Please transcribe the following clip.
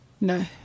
No